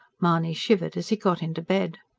mahony shivered as he got into bed.